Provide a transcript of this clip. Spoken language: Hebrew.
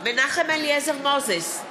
מנחם אליעזר מוזס,